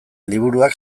liburuak